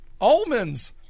Almonds